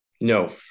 No